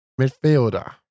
Midfielder